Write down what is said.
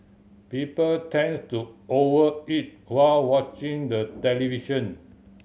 people tend to over eat while watching the television